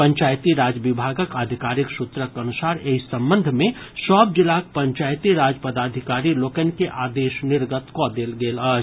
पंचायती राज विभागक आधिकारिक सूत्रक अनुसार एहि संबंध मे सभ जिलाक पंचायती राज पदाधिकारी लोकनि के आदेश निर्गत कऽ देल गेल अछि